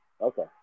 Okay